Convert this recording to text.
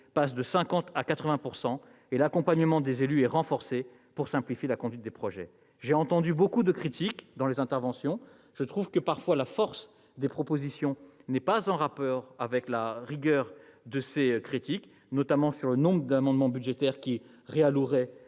passe de 50 % à 80 % et l'accompagnement des élus est renforcé pour simplifier la conduite des projets. J'ai entendu aujourd'hui beaucoup de critiques dans les interventions. Parfois, la force des propositions n'est pas en rapport avec vigueur de ces critiques. Je pense, notamment, aux nombreux amendements budgétaires qui tendent